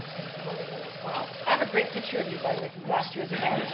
and promoting them as well. i have a great picture of you by the way, from last year's event.